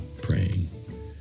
praying